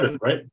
right